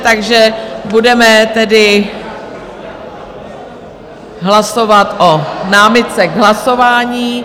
Takže budeme tedy hlasovat o námitce k hlasování.